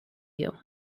you